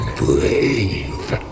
brave